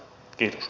kiitos